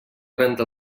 rentar